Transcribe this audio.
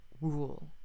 rule